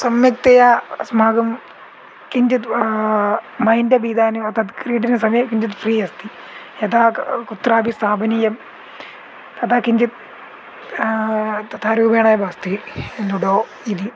सम्यक्तया अस्माकं किञ्चित् मैण्ड् अपि इदानीं तद्क्रीडनसमये किञ्चित् फ़्री अस्ति यदा कुत्रापि स्थापनीयं तदा किञ्चित् तथारूपेण एव अस्ति लुडो इति